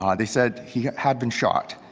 um they said he had been shot.